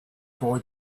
boy